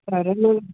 సరే మేడం